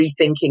rethinking